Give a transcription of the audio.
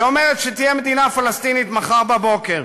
שאומרת שתהיה מדינה פלסטינית מחר בבוקר.